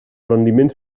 rendiments